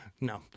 no